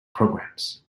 programs